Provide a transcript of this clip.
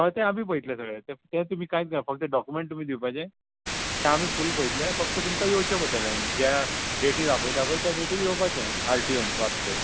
हय तें आमी पयतले सगळें तें तुमी कांयच ना फक्त डॉक्युमेंट तुमी दिवपाचें तें आमी फूल पयतले फक्त तुमकां येवचें पडटलें ज्या डेटीर आपयता पय त्या डेटीर येवपाचें आरटीयोन वास्को